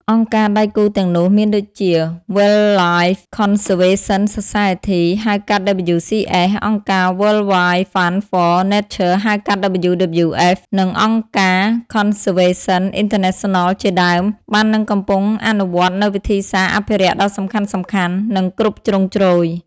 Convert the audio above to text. អង្គការដៃគូទាំងនោះមានដូចជា Wildlife Conservation Society ហៅកាត់ WCS អង្គការ World Wide Fund for Nature ហៅកាត់ WWF និងអង្គការ Conservation International ជាដើម បាននិងកំពុងអនុវត្តនូវវិធីសាស្រ្តអភិរក្សដ៏សំខាន់ៗ និងគ្រប់ជ្រុងជ្រោយ។